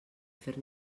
fer